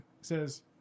says